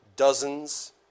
Dozens